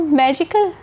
magical